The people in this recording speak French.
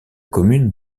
commune